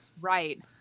Right